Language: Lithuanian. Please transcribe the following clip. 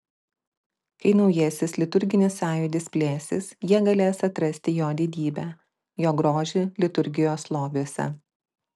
kai naujasis liturginis sąjūdis plėsis jie galės atrasti jo didybę jo grožį liturgijos lobiuose